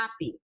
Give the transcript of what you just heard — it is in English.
happy